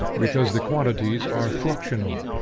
because the quantities are fluxional,